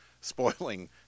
spoiling